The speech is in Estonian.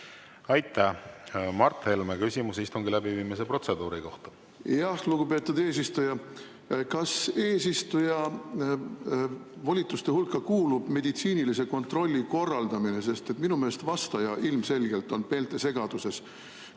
Aitäh! Mart Helme, küsimus istungi läbiviimise protseduuri kohta. Lugupeetud eesistuja! Kas eesistuja volituste hulka kuulub meditsiinilise kontrolli korraldamine? Minu meelest vastaja ilmselgelt on meeltesegaduses,